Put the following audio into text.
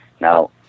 now